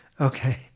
Okay